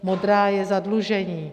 Modrá je zadlužení.